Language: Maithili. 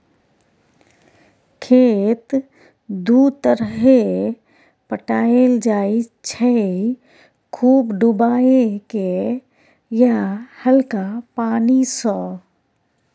खेत दु तरहे पटाएल जाइ छै खुब डुबाए केँ या हल्का पानि सँ